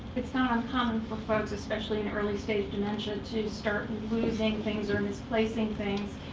it's not uncommon for folks, especially in early-stage dementia, to start and losing things or misplacing things,